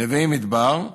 נווה מדבר,